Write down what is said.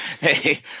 Hey